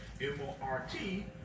M-O-R-T